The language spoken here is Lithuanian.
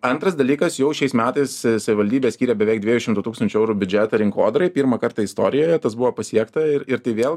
antras dalykas jau šiais metais savivaldybė skyrė beveik dviejų šimtų tūkstančių eurų biudžetą rinkodarai pirmą kartą istorijoje tas buvo pasiekta ir ir tai vėl